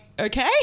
Okay